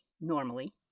Normally